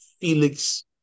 Felix